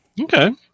Okay